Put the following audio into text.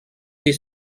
des